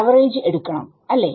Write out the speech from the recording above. average എടുക്കണം അല്ലെ